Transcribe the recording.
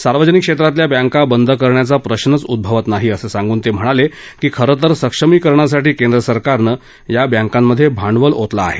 सार्वजनिक क्षेत्रातल्या बँका बंद करण्याचा प्रश्रच उद्भवत नाही असं सांगन ते म्हणाले की खरं तर सक्षमीकरणासाठी केंद्र सरकारनं या बँकांमध्ये भांडवल ओतलं आहे